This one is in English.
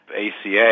ACA